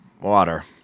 water